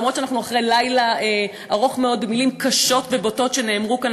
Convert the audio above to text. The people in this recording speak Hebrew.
למרות שאנחנו אחרי לילה ארוך מאוד ומילים קשות ובוטות שנאמרו כאן,